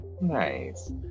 Nice